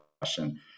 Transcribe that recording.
question